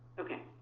ok.